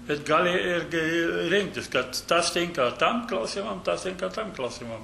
bet gali irgi rinktis kad tas tinka tam klausimam tas tinka tam klausimam